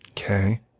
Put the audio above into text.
Okay